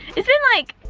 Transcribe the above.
it's been like,